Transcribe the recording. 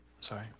Sorry